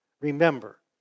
remember